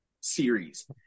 series